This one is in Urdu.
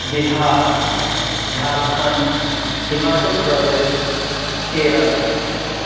بہار جھارکھنڈ ہماچل پردیش کیرل